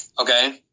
Okay